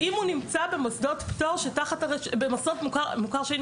ואם הוא נמצא במוסדות פטור מוכרים שאינם